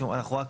שוב, אנחנו רק